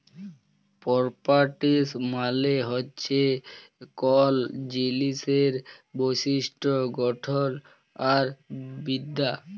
properties মালে হছে কল জিলিসের বৈশিষ্ট গঠল আর বিদ্যা